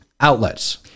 outlets